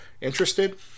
Interested